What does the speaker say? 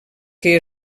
que